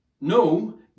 no